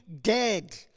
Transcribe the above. dead